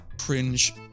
cringe